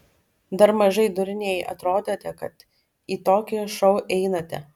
dar mažai durniai atrodote kad į tokį šou einate